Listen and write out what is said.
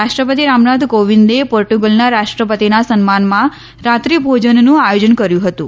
રાષ્ટ્રપતિ રામનાથ કોવિંદે પોર્ટુગલના રાષ્ટ્રપતિના સન્માનમાં રાત્રી ભોજનનું આયોજન કર્યુ હતું